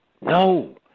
no